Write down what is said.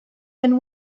than